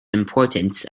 importance